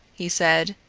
he said.